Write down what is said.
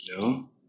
No